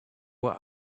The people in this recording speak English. were